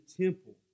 temple